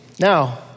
Now